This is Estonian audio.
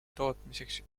tootmiseks